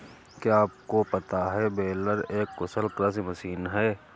क्या आपको पता है बेलर एक कुशल कृषि मशीन है?